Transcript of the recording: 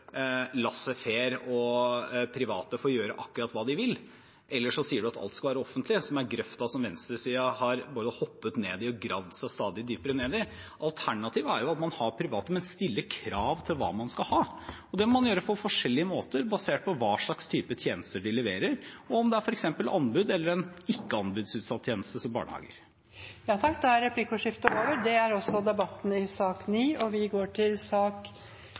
og private får gjøre akkurat hva de vil, eller så sier man at alt skal være offentlig, som er grøften som venstresiden både har hoppet ned i og gravd seg stadig dypere ned i. Alternativet er at man har private, men stiller krav til hva man skal ha. Det må man gjøre på forskjellige måter basert på hva slags type tjenester de leverer, og om det er f.eks. en anbudsutsatt eller ikke anbudsutsatt tjeneste, som barnehager. Replikkordskiftet er omme. Flere har ikke bedt om ordet til sak nr. 9. Etter ønske fra arbeids- og